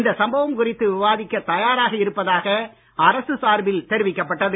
இந்த சம்பவம் குறித்து விவாதிக்கத் தயாராக இருப்பதாக அரசு சார்பில் தெரிவிக்கப்பட்டது